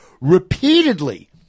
repeatedly